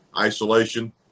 isolation